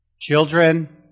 children